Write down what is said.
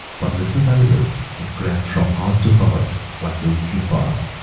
but little by little it crept from heart to heart like a wintry fog,